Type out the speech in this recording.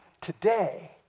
today